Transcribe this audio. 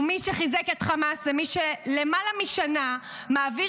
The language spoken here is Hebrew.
ומי שחיזק את חמאס הוא מי שלמעלה משנה מעביר